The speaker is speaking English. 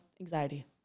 Anxiety